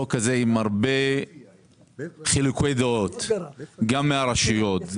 חוק כזה עם הרבה חילוקי דעות גם מצד הרשויות,